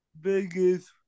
biggest